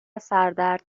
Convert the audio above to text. سردرد